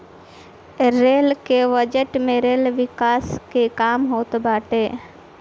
rail के budget में rail विकास के काम होत बाटे